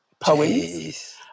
poems